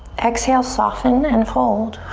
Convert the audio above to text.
exhale, soften and fold.